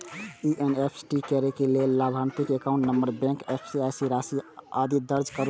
NEFT करै लेल लाभार्थी के एकाउंट नंबर, बैंक, आईएपएससी, राशि, आदि दर्ज करू